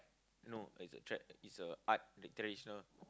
no it's a trad~ it's a art like traditional